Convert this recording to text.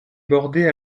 bordée